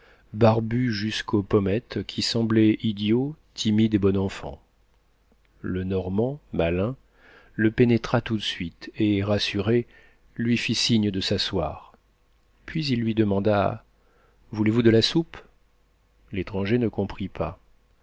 barbu jusqu'aux pommettes qui semblait idiot timide et bon enfant le normand malin le pénétra tout de suite et rassuré lui fit signe de s'asseoir puis il lui demanda voulez-vous de la soupe l'étranger ne comprit pas